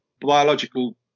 biological